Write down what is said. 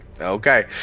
okay